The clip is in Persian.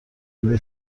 روبه